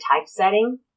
typesetting